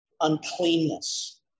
uncleanness